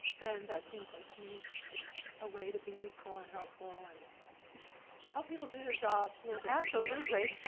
then that seems like to me just and a way to be useful and helpful and help people do their jobs a little. absolutely.